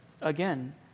again